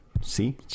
See